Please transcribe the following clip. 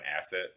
asset